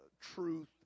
truth